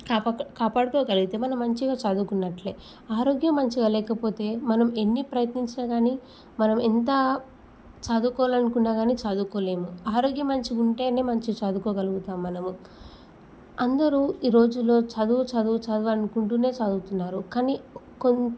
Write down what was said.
కాపాక్ కాపాడుకోగలిగితే మనం మంచిగా చదువుకున్నట్లే ఆరోగ్యం మంచిగా లేకపోతే మనం ఎన్ని ప్రయత్నించినా కానీ మనం ఎంత చదువుకోవాలనుకున్నా కాని చదువుకోలేము ఆరోగ్యం మంచిగా ఉంటేనే మంచిగా చదువుకోగలుగుతాం మనము అందరూ ఈ రోజుల్లో చదువు చదువు చదువు అనుకుంటూనే చదువుతున్నారు కానీ